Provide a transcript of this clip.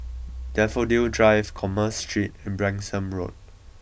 Daffodil Drive Commerce Street and Branksome Road